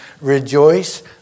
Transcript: Rejoice